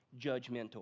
judgmental